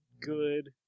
good